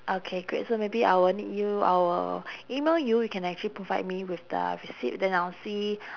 okay great so maybe I will need you I will email you you can actually provide me with the receipt then I'll see